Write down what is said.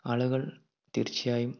ആളുകൾ തീർച്ചയായും